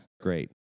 Great